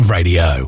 Radio